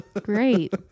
Great